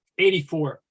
84